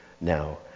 now